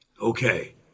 okay